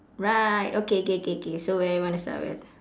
right okay K K K so where you want to start first